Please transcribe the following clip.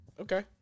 Okay